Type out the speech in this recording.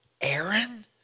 Aaron